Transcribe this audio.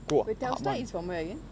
wait delta is from where again